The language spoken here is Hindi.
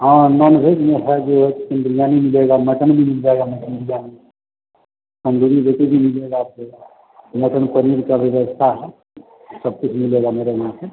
हाँ नॉन व्हेज में है जो चिकेन बिरयानी मिलेगा मटन भी मिल जाएगा मटन बिरयानी तंदूरी रोटी भी मिलेगा आपको मटन पनीर का भी व्यवस्था है सब कुछ मिलेगा मेरे यहाँ से